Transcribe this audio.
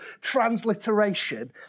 transliteration